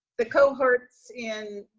the cohorts in,